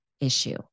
issue